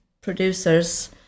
producers